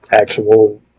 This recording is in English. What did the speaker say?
actual